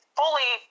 fully